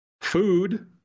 Food